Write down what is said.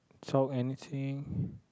talk anything